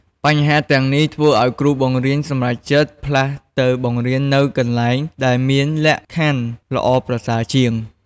បញ្ហាទាំងនេះធ្វើឲ្យគ្រូបង្រៀនសម្រេចចិត្តផ្លាស់ទៅបង្រៀននៅកន្លែងដែលមានលក្ខខណ្ឌល្អប្រសើរជាង។